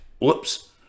whoops